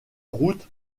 routes